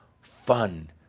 fun